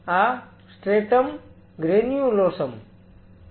આ stratum granulosum છે